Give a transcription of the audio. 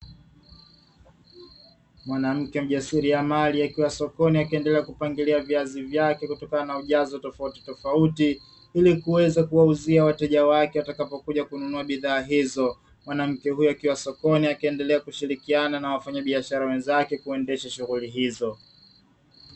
Mwanamke mjasiriamali akiwa sokoni akiendelea kupangilia viazi vyake kutokana na ujazo tofautitofauti, ili kuweza kuwauzia wateja wake watakapokuja kununua bidhaa hizo. Mwanamke huyu akiwa sokoni akiendela kushirikiana na wafanyabiashara wenzake kuendesha shughuli hizo